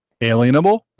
alienable